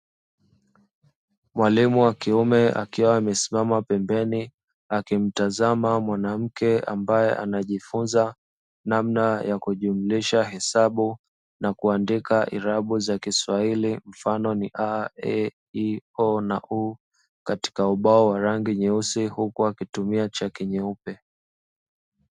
Mwalimu wa kiume akiwa amesimama pembeni akimtazama mwanamke ambae anajifunza namna ya kujumlisha hesabu, na kuandika irabu za kiswahili mfano ni; a e i o u, katika ubao wa rangi nyeusi huku akitumia chaki nyeupe.